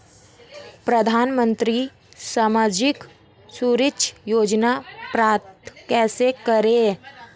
प्रधानमंत्री सामाजिक सुरक्षा योजना प्राप्त कैसे करें?